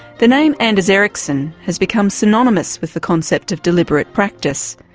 the name anders ericsson has become synonymous with the concept of deliberate practice.